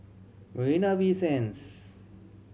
Marina Bay Sands